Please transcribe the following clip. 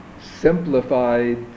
simplified